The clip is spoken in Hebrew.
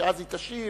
ואז היא תשיב,